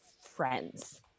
friends